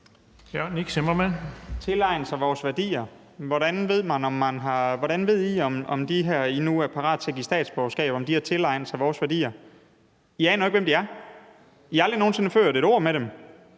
hvordan ved I, om de her, som I nu er parate til at give statsborgerskab, har tilegnet sig vores værdier? I aner jo ikke, hvem de er. I har aldrig nogen sinde vekslet et ord med dem.